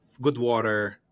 Goodwater